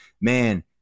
Man